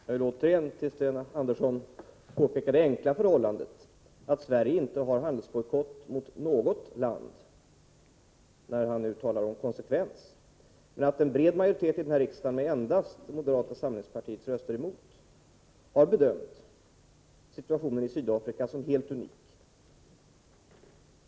Herr talman! Jag vill återigen för Sten Andersson i Malmö — när han nu talar om konsekvens — påpeka det enkla förhållandet att Sverige inte har handelsbojkott mot något land men att en bred majoritet här i riksdagen, med endast moderata samlingspartiets röster emot, har bedömt situationen i Sydafrika som helt unik.